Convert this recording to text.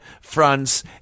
France